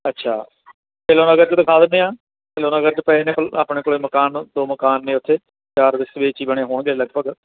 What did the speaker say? ਅੱਛਾ ਦਿਖਾ ਦਿੰਦੇ ਹਾਂ ਨਗਰ 'ਚ ਪਏ ਨੇ ਆਪਣੇ ਕੋਲ ਮਕਾਨ ਦੋ ਮਕਾਨ ਨੇ ਉੱਥੇ ਚਾਰ ਵਿਸਵੇ 'ਚ ਹੀ ਬਣੇ ਹੋਣਗੇ ਲਗਭਗ